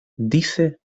dice